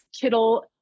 Kittle